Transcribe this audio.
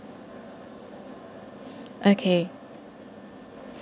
okay